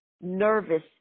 nervous